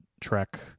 trek